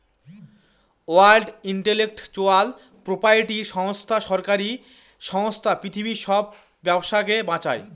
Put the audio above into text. world intellectual property সংস্থা সরকারি সংস্থা পৃথিবীর সব ব্যবসাকে বাঁচায়